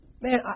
man